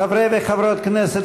חברי וחברות הכנסת,